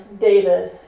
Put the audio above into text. David